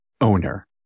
owner